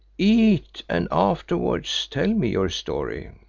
eat, and afterwards tell me your story.